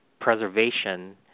preservation